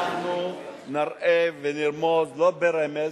אנחנו נראה ונרמוז, לא ברמז,